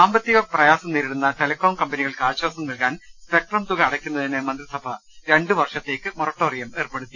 സാമ്പത്തിക പ്രയാസം നേരിടുന്ന ടെലകോം കമ്പനികൾക്ക് ആശ്വാസം നൽകാൻ സ്പെക്ട്രം തുക അടയ്ക്കുന്നതിന് മന്ത്രിസഭ രണ്ടു വർഷത്തേക്ക് മൊറ ട്ടോറിയം ഏർപ്പെടുത്തി